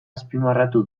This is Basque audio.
azpimarratu